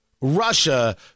Russia